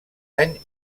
any